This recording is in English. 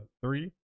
three